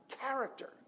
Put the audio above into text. character